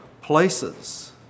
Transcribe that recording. places